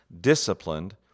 Disciplined